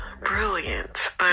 brilliant